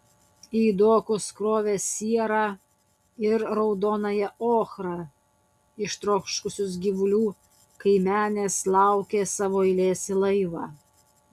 į dokus krovė sierą ir raudonąją ochrą ištroškusios gyvulių kaimenės laukė savo eilės į laivą